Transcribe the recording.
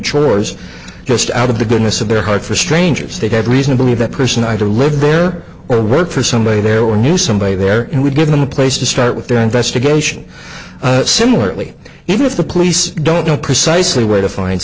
chores just out of the goodness of their heart for strangers they have reason to believe that person either lived there or worked for somebody there were knew somebody there and would give them a place to start with their investigation similarly even if the police don't know precisely where to find